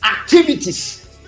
activities